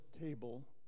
table